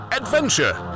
adventure